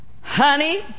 honey